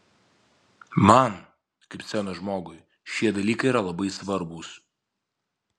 man kaip scenos žmogui šie dalykai yra labai svarbūs